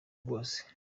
bwose